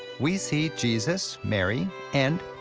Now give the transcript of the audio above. we see jesus, mary, and.